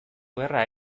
gerra